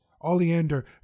Oleander